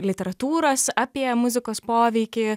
literatūros apie muzikos poveikį